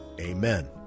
Amen